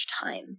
time